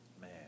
man